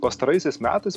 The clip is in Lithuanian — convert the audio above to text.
pastaraisiais metais